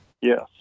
Yes